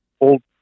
old